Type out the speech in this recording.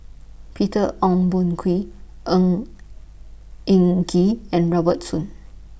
Peter Ong Boon Kwee Ng Eng Kee and Robert Soon